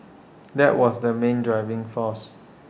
that was the main driving force